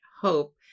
hope